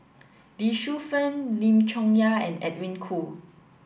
Lee Shu Fen Lim Chong Yah and Edwin Koo